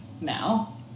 now